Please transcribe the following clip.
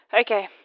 Okay